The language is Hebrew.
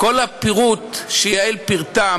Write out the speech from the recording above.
כל הפירוט שיעל פירטה,